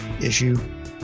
issue